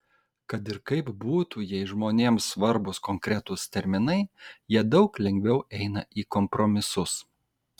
kad ir kaip būtų jei žmonėms svarbūs konkretūs terminai jie daug lengviau eina į kompromisus